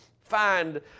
find